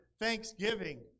Thanksgiving